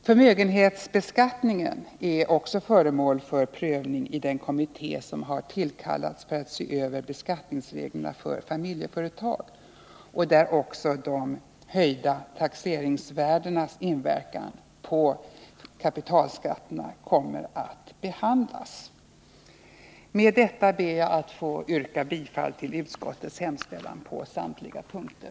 Förmögenhetsbeskattningen är också föremål för prövning i den kommitté som har tillkallats för att se över beskattningsreglerna för familjeföretag. Också de höjda taxeringsvärdenas inverkan på kapitalskatterna kommer där att behandlas. Med detta ber jag att få yrka bifall till utskottets hemställan på samtliga punkter.